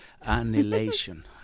annihilation